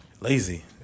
Lazy